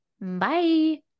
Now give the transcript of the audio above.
Bye